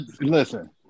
listen